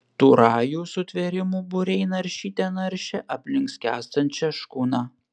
tų rajų sutvėrimų būriai naršyte naršė aplink skęstančią škuną